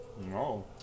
No